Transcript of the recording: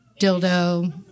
dildo